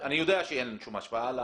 שאין שום השפעה.